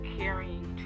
carrying